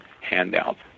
handouts